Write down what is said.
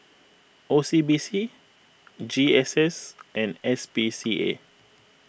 O C B C G S S and S P C A